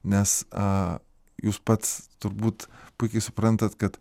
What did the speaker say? nes a jūs pats turbūt puikiai suprantat kad